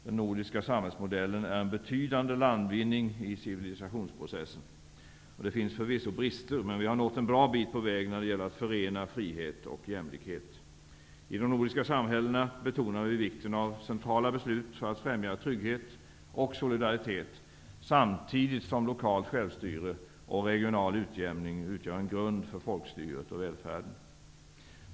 Den nordiska samhällsmodellen är en betydande landvinning i civilisationsprocessen. Det finns förvisso brister, men vi har nått en bra bit på väg när det gäller att förena frihet och jämlikhet. I de nordiska samhällena betonar vi vikten av centrala beslut för att främja trygghet och solidaritet, samtidigt som lokalt självstyre och regional utjämning utgör en grund för folkstyret och välfärden.